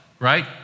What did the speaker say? Right